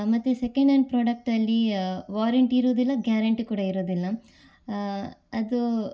ಮತ್ತು second hand ಪ್ರಾಡಕ್ಟಲ್ಲಿ warranty ಇರುವುದಿಲ್ಲ ಗ್ಯಾರಂಟಿ ಕೂಡ ಇರುವುದಿಲ್ಲ ಅದು